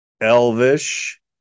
Elvish